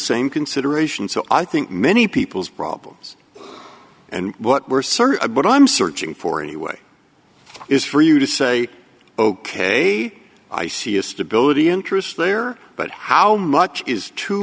same consideration so i think many people's problems and what we're certain of but i'm searching for any way is for you to say ok i see a stability interest there but how much is too